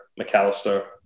McAllister